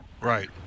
Right